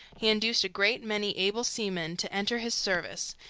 he induced a great many able seamen to enter his service,